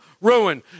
ruin